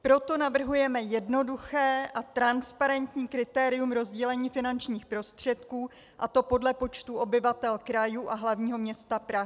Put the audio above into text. Proto navrhujeme jednoduché a transparentní kritérium rozdělení finančních prostředků, a to podle počtu obyvatel krajů a hlavního města Prahy.